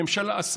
הממשלה,